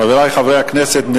חברי חברי הכנסת,